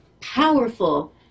powerful